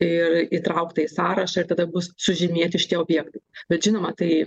ir įtraukta į sąrašą ir tada bus sužymėti šitie objektai bet žinoma tai